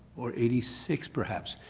or eighty six perhaps.